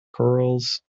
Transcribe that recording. corals